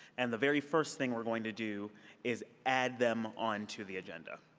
and the very first thing we're going to do is add them onto the agenda.